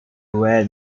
were